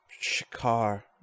shikar